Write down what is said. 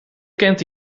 kent